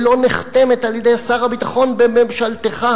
שלא נחתמת על-ידי שר הביטחון בממשלתך.